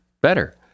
better